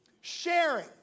Sharing